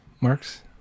Marks